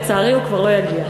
לצערי, הוא כבר לא יגיע.